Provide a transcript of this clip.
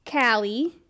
Callie